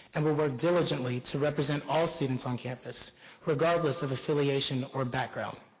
and will work diligently to represent all students on campus regardless of affiliation or background.